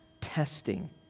testing